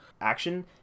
action